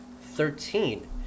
Thirteen